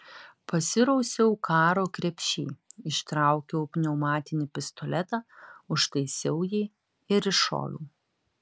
pasirausiau karo krepšy išsitraukiau pneumatinį pistoletą užtaisiau jį ir iššoviau